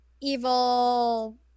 evil